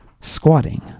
Squatting